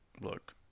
look